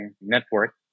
network